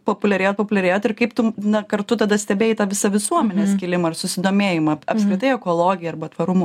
populiarėjo populiarėjot ir kaip tum na kartu tada stebėjai tą visą visuomenės skilimą ir susidomėjimą ap apskritai ekologija arba tvarumu